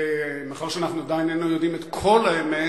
ומאחר שאנחנו עדיין איננו יודעים את כל האמת,